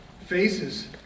faces